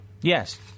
Yes